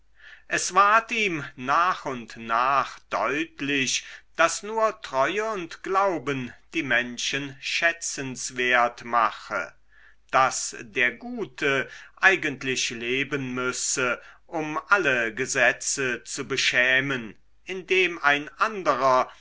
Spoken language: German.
es ward ihm nach und nach deutlich daß nur treue und glauben die menschen schätzenswert mache daß der gute eigentlich leben müsse um alle gesetze zu beschämen indem ein anderer